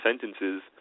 sentences